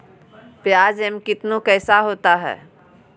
प्याज एम कितनु कैसा होता है?